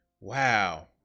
Wow